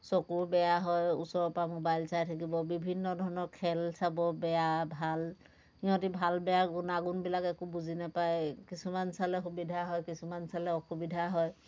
চকু বেয়া হয় ওচৰৰ পৰা মোবাইল চাই থাকিব বিভিন্ন ধৰণৰ খেল চাব বেয়া ভাল সিহঁতে বেয়া ভাল গুণাগুণবিলাক একো বুজি নাপায় কিছুমান চালে সুবিধা হয় কিছুমান চালে অসুবিধা হয়